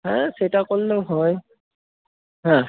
হ্যাঁ সেটা করলেও হয় হ্যাঁ